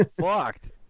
fucked